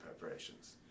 preparations